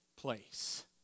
place